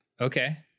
okay